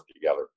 together